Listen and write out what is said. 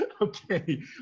okay